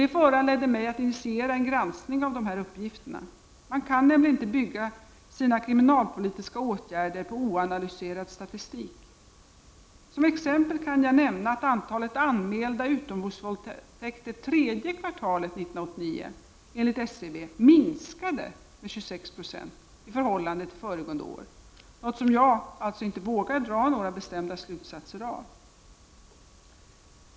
Det föranledde mig att initiera en granskning av dessa uppgifter. Man kan nämligen inte bygga sina kriminalpolitiska åtgärder på oanalyserad statistik. Som ett exempel kan jag nämna att antalet anmälda utomhusvåldtäkter tredje kvartalet 1989 enligt SCB minskade med 26 90 i förhållande till föregående år, något som jag alltså inte vågar dra några bestämda slutsatser av.